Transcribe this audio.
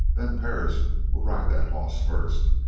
then perris will ride that hoss first.